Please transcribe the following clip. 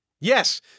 Yes